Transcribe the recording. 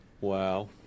Wow